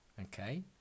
Okay